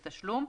בתשלום,